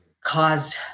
caused